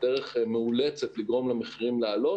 ובדרך מאולצת לגרום למחירים לעלות.